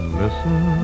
listen